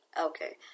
Okay